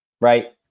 right